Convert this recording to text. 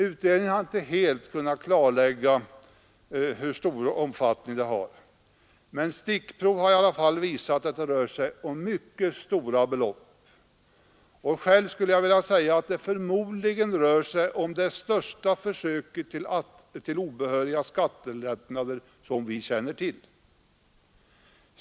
Utredningen har inte helt kunnat klarlägga hur stor omfattningen blivit, men stickprov har visat att det rör sig om mycket stora belopp. Själv skulle jag vilja säga att det förmodligen är det största försök till obehöriga skattelättnader som någonsin företagits.